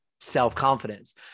self-confidence